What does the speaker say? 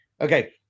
Okay